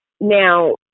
Now